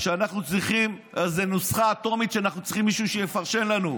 או איזו נוסחה אטומית שאנחנו צריכים מישהו שיפרשן לנו.